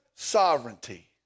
Sovereignty